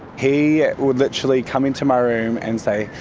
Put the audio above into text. he would literally come into my room and say,